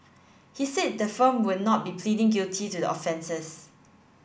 he said the firm would not be pleading guilty to the offences